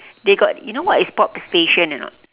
they got you know what is pop station or not